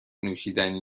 نوشیدنی